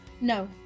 No